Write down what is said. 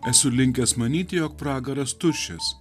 esu linkęs manyti jog pragaras tuščias